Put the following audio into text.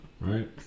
Right